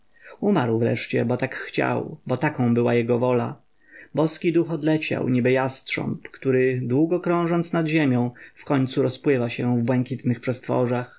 umarł wreszcie bo tak chciał bo taką była jego wola boski duch odleciał niby jastrząb który długo krążąc nad ziemią wkońcu rozpływa się w błękitnych przestworach